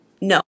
No